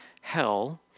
hell